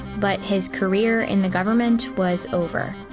but his career in the government was over.